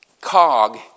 cog